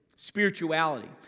Spirituality